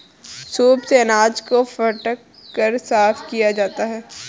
soup से अनाज को फटक कर साफ किया जाता है